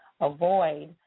avoid